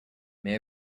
may